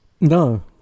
No